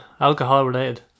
alcohol-related